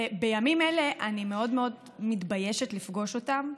ובימים אלה אני מאוד מאוד מתביישת לפגוש אותם,